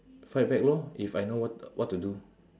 fight back lor if I know what what to do